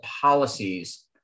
policies